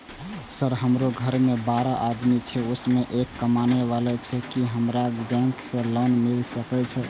Sir हमरो घर में बारह आदमी छे उसमें एक कमाने वाला छे की हमरा बैंक से लोन मिल सके छे?